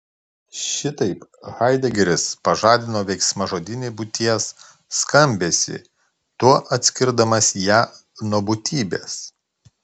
šitaip haidegeris pažadino veiksmažodinį būties skambesį tuo atskirdamas ją nuo būtybės